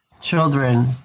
children